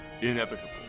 inevitable